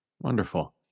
Wonderful